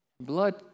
Blood